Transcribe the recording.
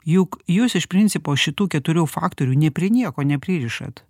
juk jūs iš principo šitų keturių faktorių ne prie nieko nepririšat